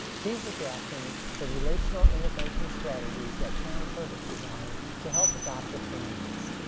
he's adapting the relational intervention strategies that karyn purvis designed to help adoptive families.